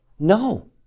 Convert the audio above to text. No